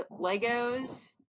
Legos